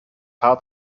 haar